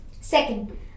Second